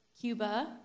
Cuba